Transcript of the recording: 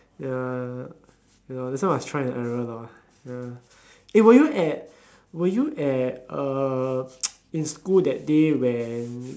ya ya ya lor that's why must trial and error lor ya eh were you at were you at uh in school that day when